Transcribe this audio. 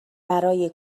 برای